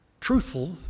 truthful